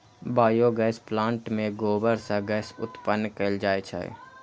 biogas plant मे गोबर सं गैस उत्पन्न कैल जाइ छै